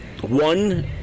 One